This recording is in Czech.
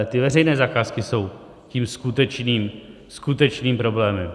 Ty veřejné zakázky jsou tím skutečným, skutečným problémem.